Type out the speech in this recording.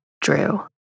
Drew